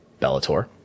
Bellator